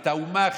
את האומה,